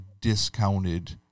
discounted